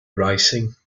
racing